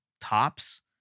tops